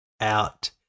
out